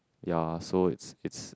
ya so it's it's